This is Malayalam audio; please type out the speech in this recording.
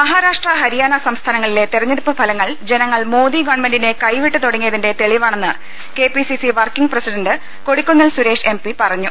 മഹാരാഷ്ട്ര ഹരിയാന സംസ്ഥാനങ്ങളിലെ തെരഞ്ഞെടുപ്പ് ഫലങ്ങൾ ജനങ്ങൾ മോദി ഗവണ്മെന്റിനെ ക്ലൈപിട്ട് തുടങ്ങിയ തിന്റെ തെളിവാണെന്ന് KPCC working president Kodikunnil Suresh M P പറഞ്ഞു